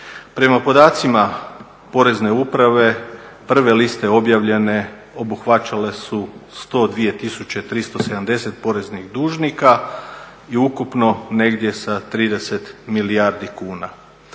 Prema podacima porezne uprave prve liste objavljene obuhvaćale su 102 tisuće 370 poreznih dužnika i ukupno negdje sa 30 milijardi kuna.